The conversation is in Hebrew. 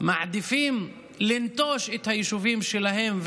בדרך כלל מעדיפים לנטוש את היישובים שלהם,